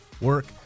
work